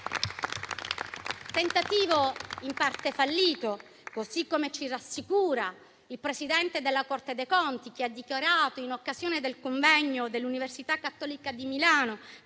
tentativo in parte fallito, così come ci rassicura il Presidente della Corte dei conti, che ha dichiarato, in occasione del convegno dell'università Cattolica di Milano,